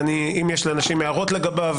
ואם יש לאנשים הערות לגביו,